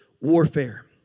warfare